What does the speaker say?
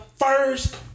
first